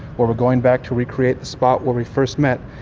where we're going back to recreate the spot where we first met.